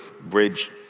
bridge